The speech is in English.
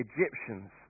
Egyptians